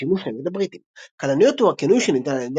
שימוש נגד הבריטים "כלניות" הוא הכינוי שניתן על ידי